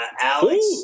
Alex